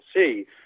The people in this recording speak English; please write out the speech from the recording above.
see